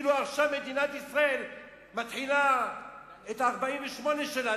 כאילו עכשיו מדינת ישראל מתחילה את ה-48' שלה,